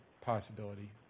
possibility